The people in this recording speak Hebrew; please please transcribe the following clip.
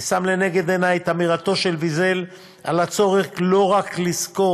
אני שם לנגד עיני את אמירתו של ויזל על הצורך לא רק לזכור